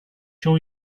sure